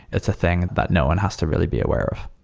it's a thing that no one has to really be aware of.